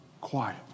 quiet